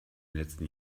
letzten